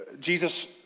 Jesus